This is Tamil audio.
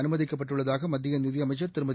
அனுமதிக்கப்பட்டுள்ளதாக மத்திய நிதியமைச்சா் திருமதி